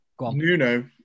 Nuno